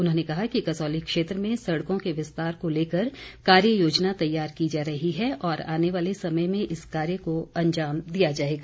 उन्होंने कहा कि कसौली क्षेत्र में सड़कों के विस्तार को लेकर कार्य योजना तैयार की जा रही है और आने वाले समय में इस कार्य को अंजाम दिया जाएगा